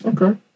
Okay